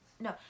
no